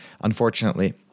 Unfortunately